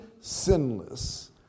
sinless